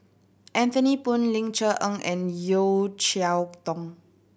Anthony Poon Ling Cher Eng and Yeo Cheow Tong